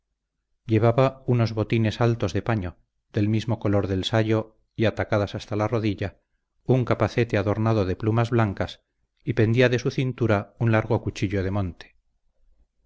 llevaba unos botines altos de paño del mismo color del sayo y atacados hasta la rodilla un capacete adornado de plumas blancas y pendía de su cintura un largo cuchillo de monte